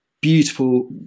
beautiful